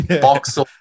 Boxer